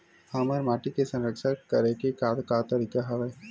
हमर माटी के संरक्षण करेके का का तरीका हवय?